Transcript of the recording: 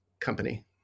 company